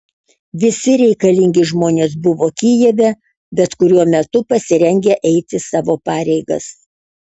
visi reikalingi žmonės buvo kijeve bet kuriuo metu pasirengę eiti savo pareigas